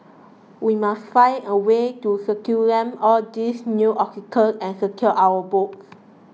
we must find a way to circumvent all these new obstacles and secure our votes